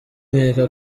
nkeka